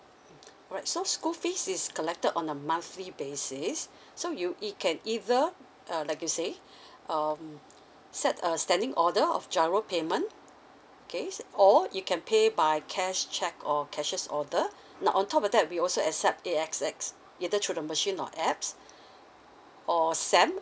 mm alright so school fees is collected on a monthly basis so you it can either err like you say um set a standing order of G_I_R_O payment okay or you can pay by cash check or cashier's order now on top of that we also accept A_X_S either through the machine or A_P_P_S or S_A_M